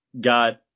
got